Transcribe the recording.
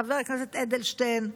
חבר הכנסת אדלשטיין,